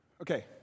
Okay